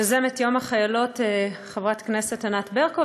יוזמת יום החיילת חברת הכנסת ענת ברקו,